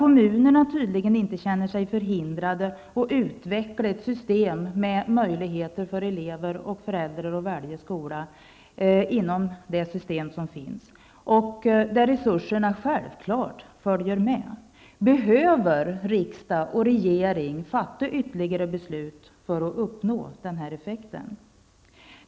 Kommunerna känner sig tydligen inte förhindrade att utveckla ett system med rätt för eleverna och föräldrarna att välja skola inom det befintliga systemet och där resurserna självfallet följer med. Behöver riksdag och regering fatta ytterligare ett beslut i frågan?